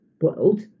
world